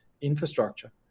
infrastructure